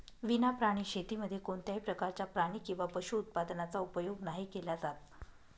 विना प्राणी शेतीमध्ये कोणत्याही प्रकारच्या प्राणी किंवा पशु उत्पादनाचा उपयोग नाही केला जात